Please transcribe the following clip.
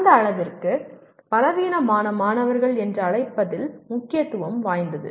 அந்த அளவிற்கு பலவீனமான மாணவர்கள் என்று அழைப்பதில் முக்கியத்துவம் வாய்ந்தது